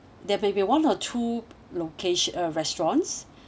there may be one or two location uh restaurants